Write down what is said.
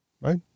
right